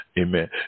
Amen